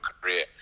career